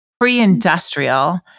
pre-industrial